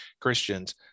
Christians